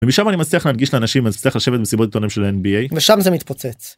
ומשם אני מצליח להגיש לאנשים אז תצטרך לשבת במסיבות עיתונאים של ה- nba - ושם זה מתפוצץ.